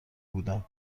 بودم